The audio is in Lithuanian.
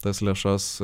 tas lėšas